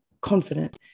confident